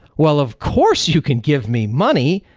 well, of course you can give me money.